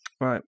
right